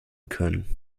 können